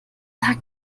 tag